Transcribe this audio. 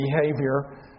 behavior